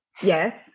yes